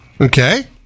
Okay